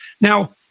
Now